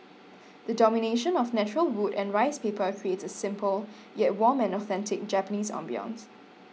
the domination of natural wood and rice paper creates a simple yet warm and authentic Japanese ambience